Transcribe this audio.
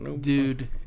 dude